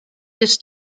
this